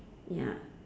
ya